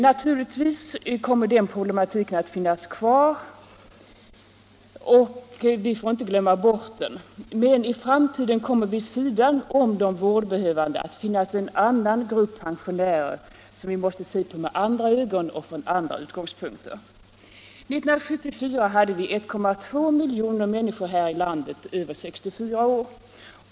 Naturligtvis kommer den problematiken att finnas kvar, och vi får inte glömma bort den. Men i framtiden kommer vid sidan om de vårdbehövande gamla att finnas en annan grupp pensionärer, som vi måste se på med andra ögon och från andra utgångspunkter. 1974 hade vi 1,2 miljoner människor här i landet över 64 år.